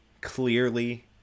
clearly